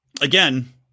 again